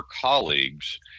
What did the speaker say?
colleagues